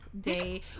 day